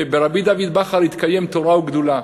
ברבי דוד בכר התקיימו תורה וגדולה,